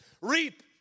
reap